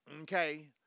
Okay